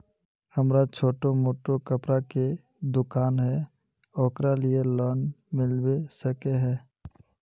हमरा छोटो मोटा कपड़ा के दुकान है ओकरा लिए लोन मिलबे सके है?